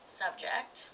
subject